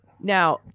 now